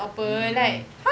mm